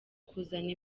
kuzana